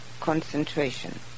concentration